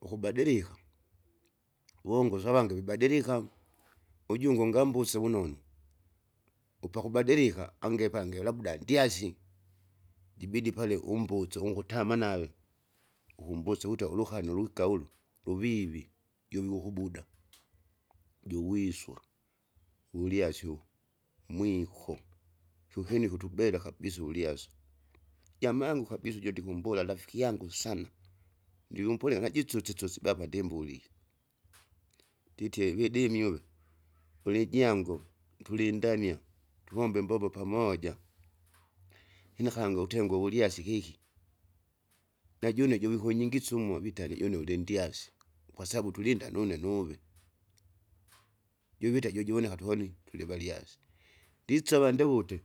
Ukubadilika, wongoso avange vibadilika, ujungi ungambuse vunonu, upakubadilika ange pangi labda ndyasi ndibidi pale umbusu ungutama nave, ukumbusa wita ulukani lwika ulu luvivi juvikukubuda. Juwiswa, uvulyasi uwu mwik, kyokini ikutubela kabisa uvulyasu, jamaangu kabisa uju ndikumbula rafikin yangu sana, ndivumpulika najisusesuse bapa ndimbuli, nditie vidimi uve, ulijangu nkulindania, tuvombe imbombo pamija. Ina kangi utenge uvulyasi kiki, najune juvikunyingisya umwa vatali une ulindyasi, kwasabu tulinda nune nuve, juvita jujuvoneka tuhoni tulivalyasi. Ndisava ndiwute,